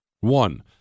One